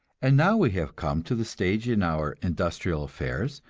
and now we have come to the stage in our industrial affairs,